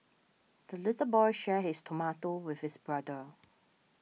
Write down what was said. the little boy shared his tomato with his brother